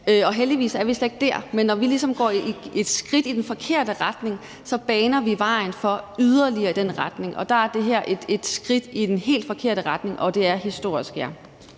og heldigvis er vi slet ikke dér. Men når vi ligesom går et skridt i den forkerte retning, baner vi vejen for at gå yderligere i den retning. Det her er et skridt i den helt forkerte retning, og ja, det er historisk. Kl.